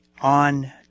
on